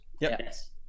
Yes